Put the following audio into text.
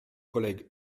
collègues